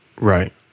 Right